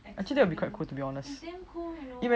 actually it will be quite cool to be honest